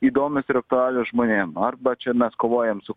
įdomios ir aktualios žmonėm arba čia mes kovojam su